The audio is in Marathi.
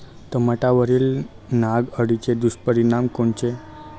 टमाट्यावरील नाग अळीचे दुष्परिणाम कोनचे?